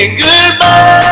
goodbye